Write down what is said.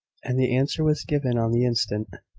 and the answer was given on the instant.